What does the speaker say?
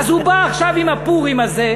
אז הוא בא עכשיו עם הפורים הזה,